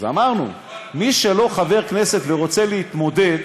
אמרנו שמי שלא חבר כנסת ורוצה להתמודד,